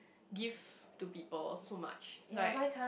give to people so much right